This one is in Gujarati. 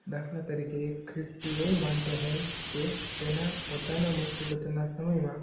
દાખલા તરીકે એક ખ્રિસ્તી એવું માનતો હોય કે તેના પોતાના મુસીબતના સમયમાં